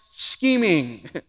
Scheming